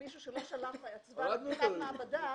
מישהו שלא שלח לבדיקת מעבדה,